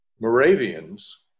Moravians